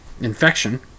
infection